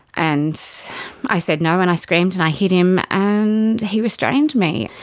and i said no and i screamed and i hit him, and he restrained me.